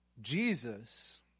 Jesus